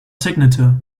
signature